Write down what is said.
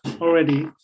already